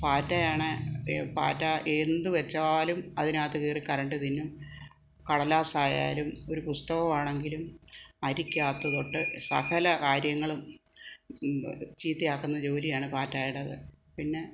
പാറ്റയാണ് പാറ്റ എന്ത് വെച്ചാലും അതിനകത്ത് കയറി കറണ്ട് തിന്നും കടലാസായാലും ഒരു പുസ്തകമാണെങ്കിലും അരിക്കകത്ത് തൊട്ട് സകല കാര്യങ്ങളും ഈ ചീത്തയാക്കുന്ന ജോലിയാണ് പാറ്റയുടേത് പിന്നെ